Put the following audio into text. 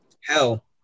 hell